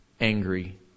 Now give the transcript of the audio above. angry